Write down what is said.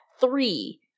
three